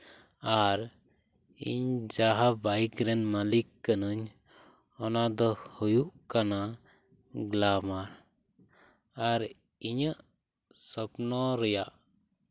ᱟᱨ ᱤᱧ ᱡᱟᱦᱟᱸ ᱵᱟᱭᱤᱠ ᱨᱮᱱ ᱢᱟᱹᱞᱤᱠ ᱠᱟᱹᱱᱟᱹᱧ ᱚᱱᱟ ᱫᱚ ᱦᱚᱭᱩᱜ ᱠᱟᱱᱟ ᱜᱞᱟᱢᱟᱨ ᱟᱨ ᱤᱧᱟᱹᱜ ᱥᱚᱯᱱᱚ ᱨᱮᱭᱟᱜ